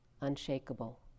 unshakable